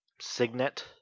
signet